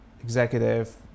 executive